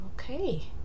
okay